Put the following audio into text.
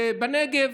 בנגב